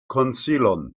konsilon